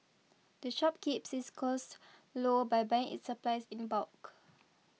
the shop keeps its costs low by buying its supplies in bulk